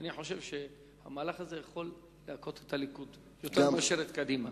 אני חושב שהמהלך הזה יכול להכות את הליכוד יותר מאשר את קדימה.